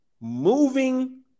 moving